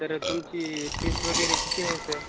तर तुमची फीस वगैरे किती आहे सर